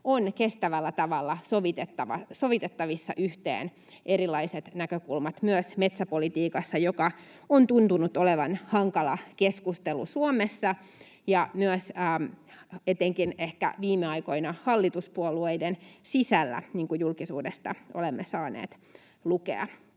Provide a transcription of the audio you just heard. ovat kestävällä tavalla sovitettavissa yhteen myös metsäpolitiikassa, joka on tuntunut olevan hankala keskustelunaihe Suomessa ja, etenkin ehkä viime aikoina, myös hallituspuolueiden sisällä, niin kuin julkisuudesta olemme saaneet lukea.